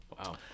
Wow